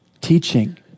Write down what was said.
teaching